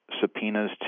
subpoenas